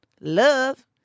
love